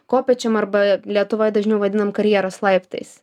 kopėčiom arba lietuvoj dažniau vadinam karjeros laiptais